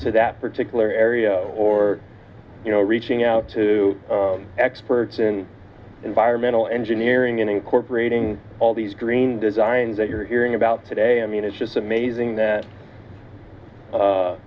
to that particular area or you know reaching out to experts in environmental engineering and incorporating all these green designs that you're hearing about today i mean it's just amazing that